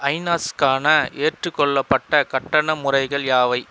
ஐநாஸ்க்கான ஏற்றுக்கொள்ளப்பட்ட கட்டண முறைகள் யாவை